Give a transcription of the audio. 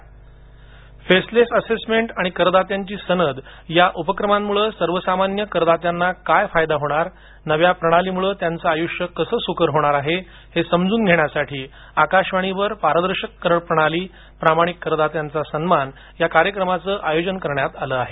आकाशवाणी कार्यक्रम faceless assessment आणि करदात्यांची सनद या उपक्रमांमुळे सर्वसामान्य करदात्यांना काय फायदा होणार नव्या प्रणालीमुळे त्यांचे आयुष्य कसे सुकर होणार आहे हे समजून घेण्यासाठी आकाशवाणीवर पारदर्शक करप्रणाली प्रामाणिक करदात्यांचा सन्मान या कार्यक्रमाचे आयोजन करण्यात आले आहे